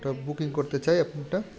তো বুকিং করতে চাই আপনি ওটা